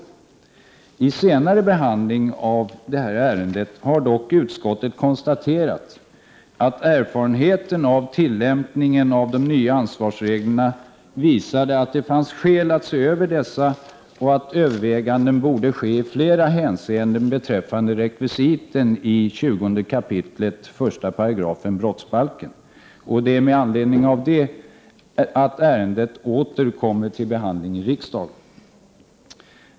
Vid senare behandling av detta ärende har dock utskottet konstaterat att erfarenheten av tillämpningen av de nya ansvarsreglerna visade att det fanns skäl att se över dessa och att överväganden borde ske i flera hänseenden beträffande rekvisiten i 20 kap. 1 § BrB, och det är med anledning av detta som ärendet åter är till behandling för riksdagen.